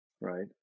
right